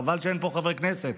חבל שאין פה חברי כנסת,